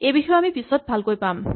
এইবিষয়ে আমি পিছত ভালকৈ পাম